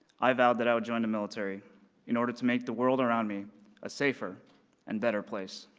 i vowed that i would join the military in order to make the world around me a safer and better place.